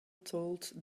told